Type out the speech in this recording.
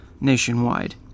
nationwide